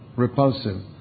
repulsive